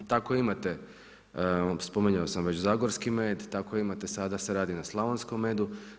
Tako imate, spominjao sam već zagorski med, tako imate, sada se radi na slavonskom medu.